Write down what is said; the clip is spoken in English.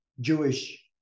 Jewish